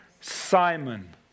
Simon